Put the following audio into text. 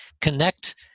connect